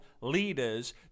leaders